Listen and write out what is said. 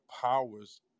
powers